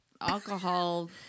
alcohol